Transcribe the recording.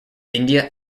india